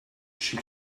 she